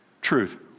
Truth